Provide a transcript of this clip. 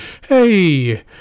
hey